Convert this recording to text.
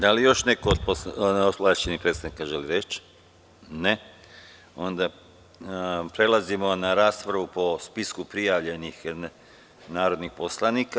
Da li još neko od ovlašćenih predstavnika želi reč? (Ne.) Prelazimo na raspravu po spisku prijavljenih narodnih poslanika.